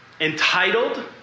Entitled